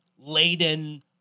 Laden